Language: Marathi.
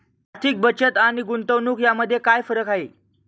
आर्थिक बचत आणि गुंतवणूक यामध्ये काय फरक आहे?